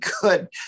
good